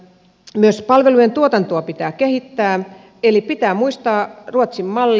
myös palvelujen tuotantoa pitää kehittää eli pitää muistaa ruotsin malli